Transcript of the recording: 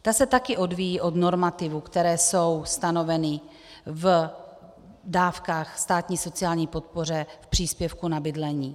Ta se taky odvíjí od normativů, které jsou stanoveny v dávkách, ve státní sociální podpoře, v příspěvku na bydlení.